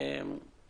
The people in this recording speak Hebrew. אנחנו גוף מבקר.